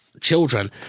children